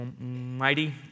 mighty